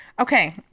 Okay